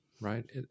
right